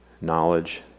Knowledge